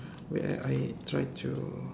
wait I I try to